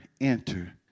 enter